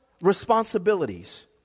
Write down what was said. responsibilities